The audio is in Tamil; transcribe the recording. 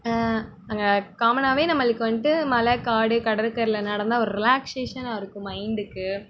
அங்கே காமனாகவே நம்மளுக்கு வந்துட்டு மலை காடு கடற்கரையில் நடந்தால் ஒரு ரிலாக்ஸ்சேஷனாக இருக்கும் மைண்டுக்கு